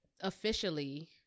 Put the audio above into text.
officially